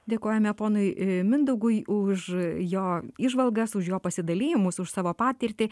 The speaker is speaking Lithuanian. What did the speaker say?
dėkojame ponui mindaugui už jo įžvalgas už jo pasidalijimus už savo patirtį